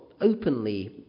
openly